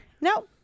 No